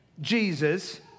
Jesus